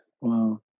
wow